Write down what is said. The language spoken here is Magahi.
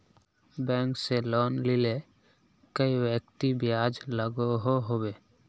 बैंक से लोन लिले कई व्यक्ति ब्याज लागोहो होबे?